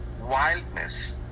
wildness